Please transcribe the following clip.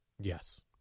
Yes